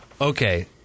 Okay